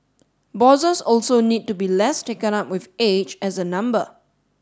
bosses also need to be less taken up with age as a number